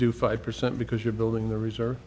do five percent because you're building the reserve